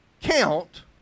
count